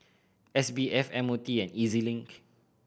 S B F M O T and E Z Link